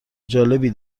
جالبی